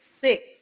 six